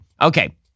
Okay